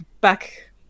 back